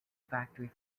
factory